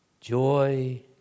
joy